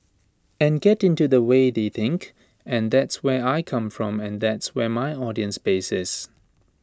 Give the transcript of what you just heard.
and get into the way they think and that's where I come from and that's where my audience base is